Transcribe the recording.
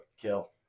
Kill